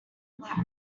black